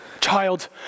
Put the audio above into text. Child